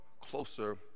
closer